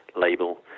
label